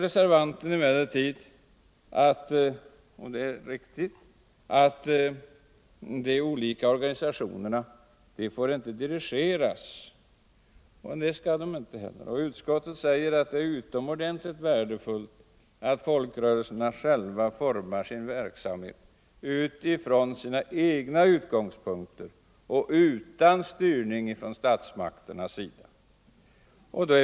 personligt ansvars Nu säger emellertid reservanten — och det är riktigt — att de olika tagande och ideellt organisationerna inte får dirigeras. Utskottet anför också att det är utomengagemang ordentligt värdefullt att folkrörelserna själva formar sin verksamhet utifrån sina egna utgångspunkter och utan styrning från statsmakternas sida.